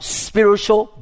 spiritual